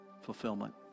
fulfillment